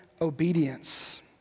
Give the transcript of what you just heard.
obedience